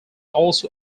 also